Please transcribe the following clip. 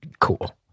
cool